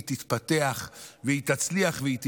היא תתפתח והיא תצליח והיא תיבנה.